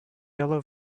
yellow